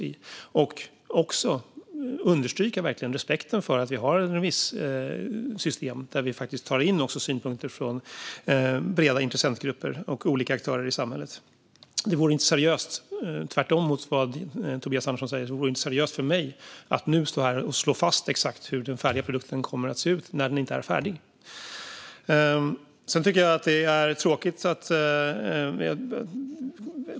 Jag vill också verkligen understryka respekten för att vi har ett remisssystem, där vi tar in synpunkter från breda intressentgrupper och olika aktörer i samhället. Tvärtemot vad Tobias Andersson säger vore det inte seriöst av mig att nu stå här och slå fast exakt hur den färdiga produkten kommer att se ut när den inte är färdig.